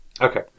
Okay